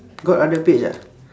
got other page ah